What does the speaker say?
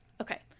Okay